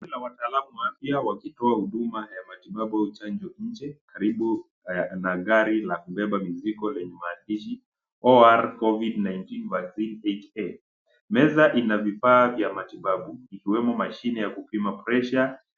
Kuna wataalam wa afya wakitoa huduma ya matibabu chanjo nje, karibu na gari la kubeba mizigo lenye maandishi, OR COVID-19 8A (cs). Meza ina vifaa vya matibabu, ikiwemo mashine ya kupima presha.